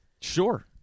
sure